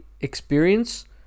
experience